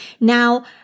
Now